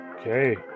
Okay